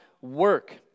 work